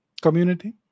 Community